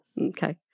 Okay